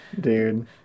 dude